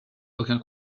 aucun